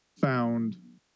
Found